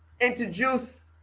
introduce